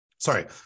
sorry